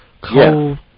co